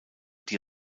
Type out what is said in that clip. die